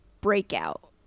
breakout